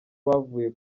bavuye